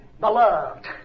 beloved